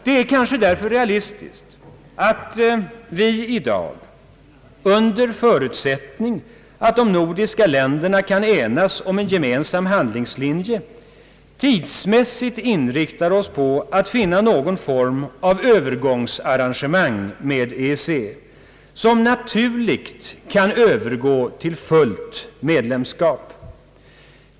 Det är därför kanske realistiskt att vi i dag, under förutsättning att de nordiska länderna kan enas om en gemensam handlingslinje, tidsmässigt inriktar oss på att finna någon form av övergångsarrangemang med EEC, som naturligt kan övergå till fullt medlemskap.